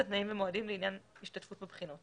תנאים ומועדים לעניין השתתפות בבחינות